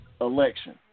election